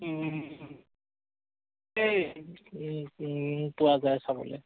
এই পোৱা যায় চাবলে